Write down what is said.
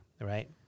right